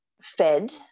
fed